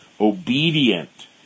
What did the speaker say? obedient